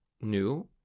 new